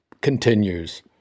continues